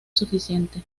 suficiente